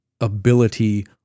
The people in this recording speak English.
ability